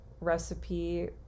recipe